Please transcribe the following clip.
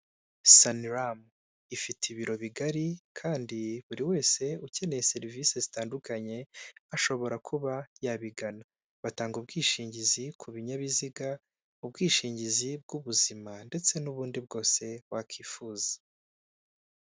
Sanlam ifite ibiro bigari kandi buri wese ukeneye serivisi zitandukanye ashobora kuba yabigana, batanga ubwishingizi ku binyabiziga, ubwishingizi bw'ubuzima ndetse n'ubundi bwose wakifuza.